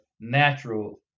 natural